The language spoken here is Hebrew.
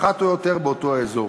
ברשותך, סוג של פנקסאות.